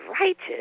righteous